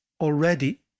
already